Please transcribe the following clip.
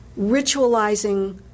ritualizing